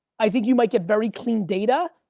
i think you might get very clean data.